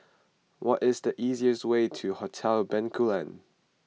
what is the easiest way to Hotel Bencoolen